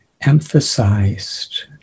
emphasized